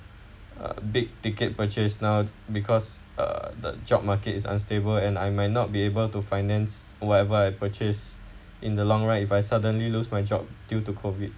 uh big ticket purchase now because uh the job market is unstable and I might not be able to finance whatever I purchase in the long run if I suddenly lose my job due to COVID